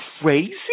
crazy